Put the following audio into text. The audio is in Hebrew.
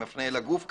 אני מפנה לגוף כמובן,